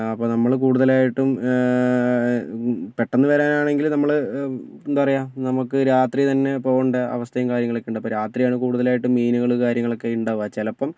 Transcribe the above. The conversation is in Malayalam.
അപ്പോൾ നമ്മൾ കൂടുതലായിട്ടും പെട്ടെന്ന് വരാനാണെങ്കിൽ നമ്മൾ എന്താ പറയുക നമുക്ക് രാത്രി തന്നെ പോകേണ്ട അവസ്ഥയും കാര്യങ്ങളൊക്കെ ഉണ്ട് അപ്പോൾ രാത്രിയാണ് കൂടുതലായിട്ട് മീനുകൾ കാര്യങ്ങളൊക്കെ ഉണ്ടാകുക ചിലപ്പം